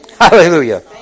Hallelujah